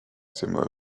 similar